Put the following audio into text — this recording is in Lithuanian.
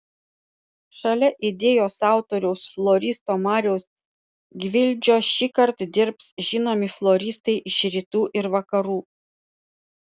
šalia idėjos autoriaus floristo mariaus gvildžio šįkart dirbs žinomi floristai iš rytų ir vakarų